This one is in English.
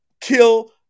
kill